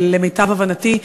למיטב הבנתי,